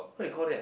what you call that